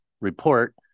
report